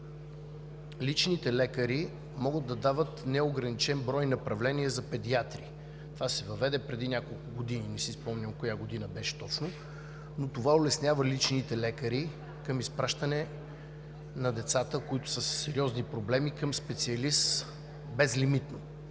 личните лекари могат да дават неограничен брой направления за педиатри. Това се въведе преди няколко години – не си спомням точно коя година беше, но това улеснява личните лекари към изпращане на децата, които са със сериозни проблеми, към специалист – безлимитно,